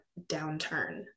downturn